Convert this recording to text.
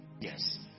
Yes